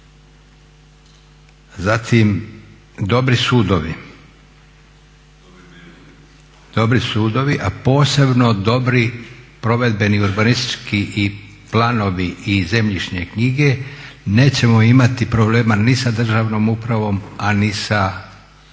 zatim dobri sudovi, a posebno dobri provedbeni urbanistički i planovi i zemljišne knjige nećemo imati problema ni sa državnom upravom, a ni sa strategijom.